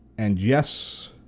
and yes,